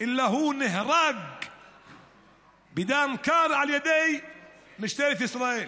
אלא הוא נהרג בדם קר על ידי משטרת ישראל.